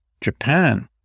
Japan